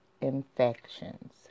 infections